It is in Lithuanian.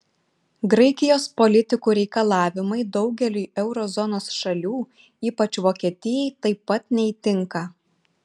graikijos politikų reikalavimai daugeliui euro zonos šalių ypač vokietijai taip pat neįtinka